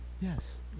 Yes